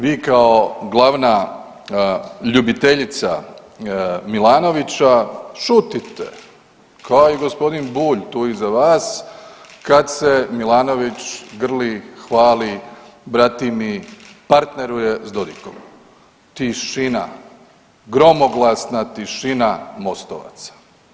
Vi kao glavna ljubiteljica Milanovića šutite, kao i gospodin Bulj tu iza vas kad se Milanović grli, hvali, bratimi, partneruje s Dodikom, tišina, gromoglasna tišina MOST-ovaca.